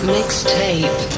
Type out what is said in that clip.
Mixtape